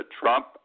Trump